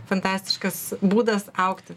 fantastiškas būdas augti